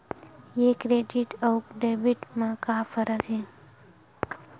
ये क्रेडिट आऊ डेबिट मा का फरक है?